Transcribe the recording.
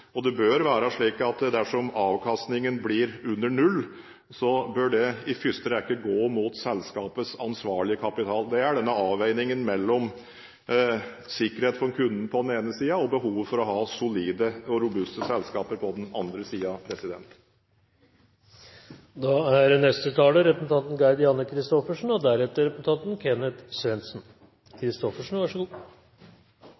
og det bør være slik at dersom avkastningen blir under null, bør det i første rekke gå mot selskapets ansvarlige kapital. Det er denne avveiningen mellom sikkerhet for kunden på den ene siden og behovet for å ha solide og robuste selskaper på den andre siden. Representanten Gundersen tar atter en gang opp en interessant og